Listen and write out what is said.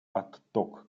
отток